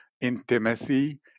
intimacy